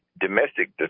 domestic